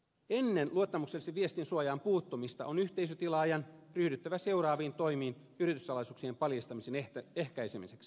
ennen luottamuksellisen viestin suojaan puuttumista on yhteisötilaajan ryhdyttävä seuraaviin toimiin yrityssalaisuuksien paljastamisen ehkäisemiseksi